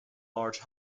large